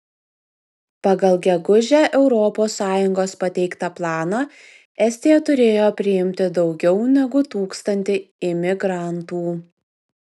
pagal gegužę europos sąjungos pateiktą planą estija turėjo priimti daugiau negu tūkstantį imigrantų